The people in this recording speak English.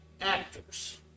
Actors